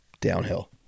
downhill